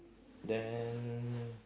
then